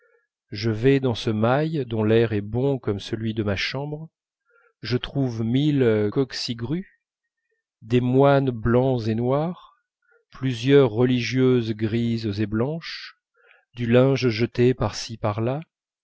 je vais dans ce mail dont l'air est bon comme celui de ma chambre je trouve mille coquecigrues des moines blancs et noirs plusieurs religieuses grises et blanches du linge jeté par-ci par-là